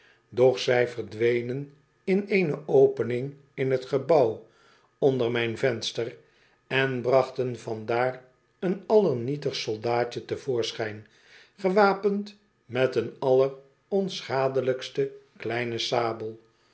doch zij verdwenen in cene opening in t gebouw onder mijn venster en brachten van daar een allernietigst soldaatje te voorschijn gewapend met een alleronschadclijkste kleine sabel